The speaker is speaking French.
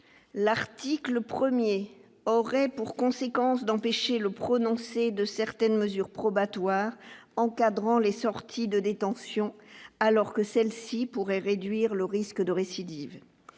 l'article 1er aurait pour conséquence d'empêcher le prononcé de certaines mesures probatoires encadrant les sorties de détention alors que celle-ci pourrait réduire le risque de récidive